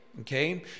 Okay